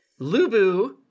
Lubu